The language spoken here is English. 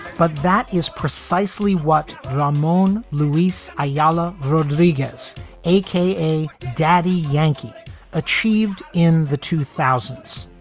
but that is precisely what ramone louis' a yallah rodriguez a k a. daddy yankee achieved in the two thousand s.